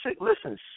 listen